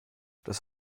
das